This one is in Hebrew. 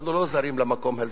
אנחנו לא זרים למקום הזה.